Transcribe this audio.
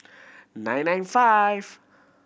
nine nine five